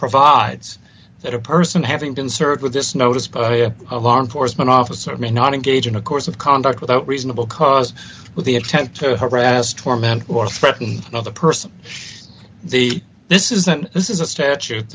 provides that a person having been served with this notice by a law enforcement officer may not engage in a course of conduct without reasonable cause but the attempt to harass torment or threaten another person the this is that this is a statute